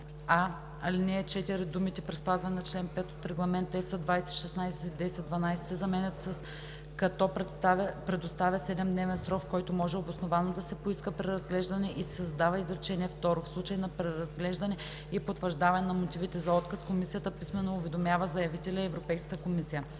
ал. 4 думите „при спазване на чл. 5 от Регламент (ЕС) 2016/1012“ се заменят с „като предоставя 7-дневен срок, в който може обосновано да се поиска преразглеждане“ и се създава изречение второ: „В случай на преразглеждане и потвърждаване на мотивите за отказ комисията писмено уведомява заявителя и Европейската комисия.“